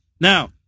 Now